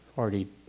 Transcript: already